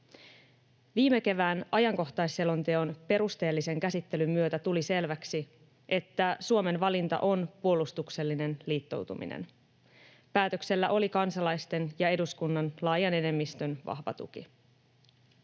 Viime keväänä ajankohtaisselonteon perusteellisen käsittelyn myötä tuli selväksi, että Suomen valinta on puolustuksellinen liittoutuminen. Päätöksellä oli kansalaisten ja eduskunnan laajan enemmistön vahva tuki.